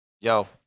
Yo